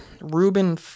Ruben